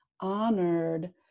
honored